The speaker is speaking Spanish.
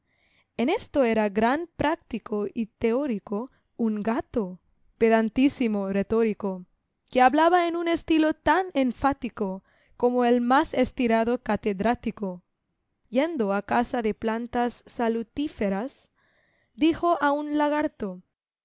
en esto era gran práctico y teórico un gato pedantísimo retórico que hablaba en un estilo tan enfático como el más estirado catedrático yendo a caza de plantas salutíferas dijo a un lagarto